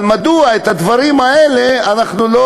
אבל מדוע בדברים האלה אנחנו לא